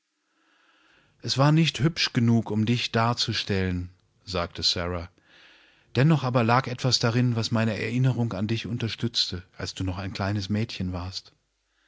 es war nicht hübsch genug um dich darzustellen sagte sara dennoch aber lag etwas darin was meine erinnerung an dich unterstützte als du noch ein kleines mädchenwarst